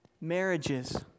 marriages